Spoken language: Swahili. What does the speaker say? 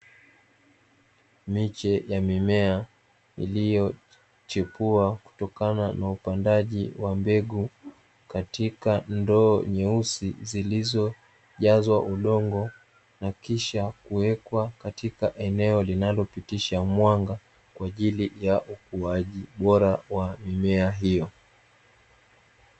Miche ya mimea iliyochipua kutokana na upandaji wa mbegu katika ndoo nyeusi, zilizojazwa udongo na kisha kuwekwa katika eneo linalopitisha mwanga kwa ajili ya ukuaji bora wa mimea hiyo.